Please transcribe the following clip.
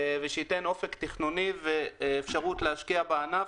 ושייתן אופק תכנוני ואפשרות להשקיע בענף